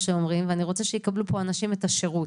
ואני רוצה שאנשים פה יקבלו את השירות.